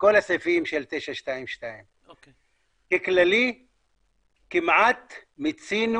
לכל הסעיפים של 922. בכללי כמעט מיצינו